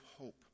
hope